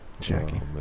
Jackie